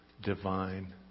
divine